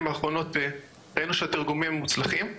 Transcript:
האחרונות וראינו שהתרגומים מוצלחים.